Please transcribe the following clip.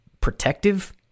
protective